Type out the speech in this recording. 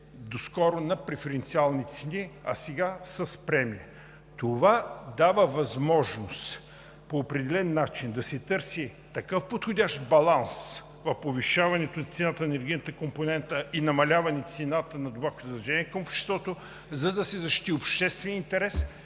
доскоро с преференциални цени, а сега с премия. Това дава възможност по определен начин да се търси такъв подходящ баланс в повишаването цената на енергийната компонента и намаляване цената на добавката задължение към обществото, за да се защити общественият интерес